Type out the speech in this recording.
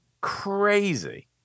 crazy